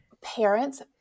parents